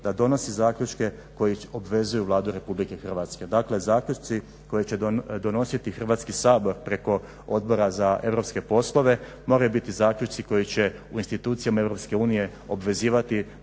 da donosi zaključke koji obvezuju Vladu RH. Dakle zaključci koje će donositi Hrvatski sabor preko Odbora za europske poslove moraju biti zaključci koji će u institucijama EU obvezivati